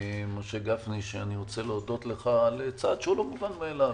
משה גפני שאני רוצה להודות לך על צעד שהוא לא מובן מאליו,